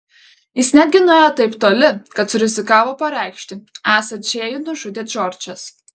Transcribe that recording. jis netgi nuėjo taip toli kad surizikavo pareikšti esą džėjų nužudė džordžas